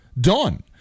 done